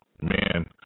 man